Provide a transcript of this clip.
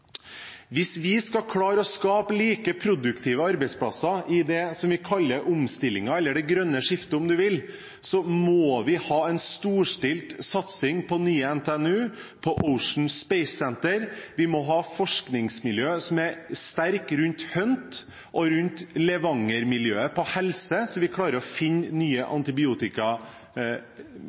Hvis vi skal klare å skape like produktive arbeidsplasser i det som vi kaller omstillinger, eller det grønne skiftet, om en vil, må vi ha en storstilt satsing på nye NTNU, på Ocean Space Centre, vi må ha forskningsmiljø som er sterke rundt HUNT og rundt Levanger-miljøet på helse, så vi klarer å finne nye